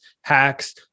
hacks